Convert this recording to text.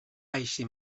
així